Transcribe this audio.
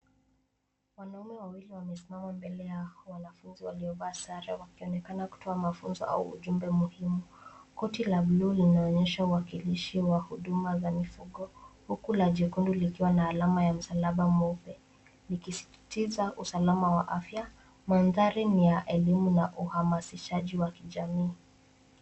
Wanaume wawili wamesimama mbele ya wanafunzi waliovaa sare wakionekana kutoa mafunzo au ujumbe muhimu. Koti la bluu linaonyesha uwakilishi wa huduma za mifugo huku la jekundu likiwa na alama ya msalaba mweupe likisisitiza usalama wa afya. Mandhari ni ya elimu na uhamasishaji wa kijamii.